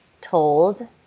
told